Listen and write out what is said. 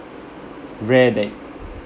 rare that